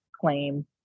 claim